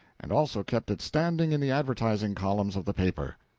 and also kept it standing in the advertising columns of the paper.